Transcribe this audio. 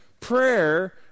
prayer